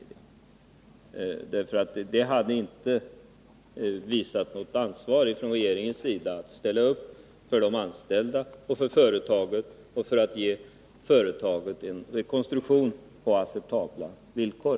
Det hade inte visat något ansvar från regeringens sida att ställa upp för de anställda och för att ge företaget möjlighet till rekonstruktion på acceptabla villkor.